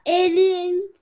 aliens